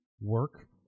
work